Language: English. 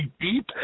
deep